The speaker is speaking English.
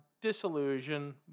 disillusion